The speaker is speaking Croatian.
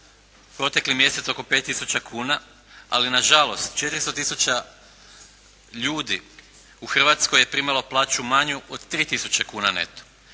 protekli mjesec oko 5000 kuna, ali na žalost 400 000 ljudi u Hrvatskoj je primalo plaću manju od 3000 kuna neto.